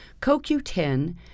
CoQ10